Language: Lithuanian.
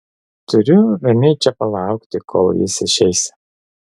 turiu ramiai čia palaukti kol jis išeis